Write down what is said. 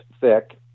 thick